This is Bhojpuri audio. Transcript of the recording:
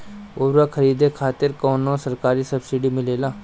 उर्वरक खरीदे खातिर कउनो सरकारी सब्सीडी मिलेल?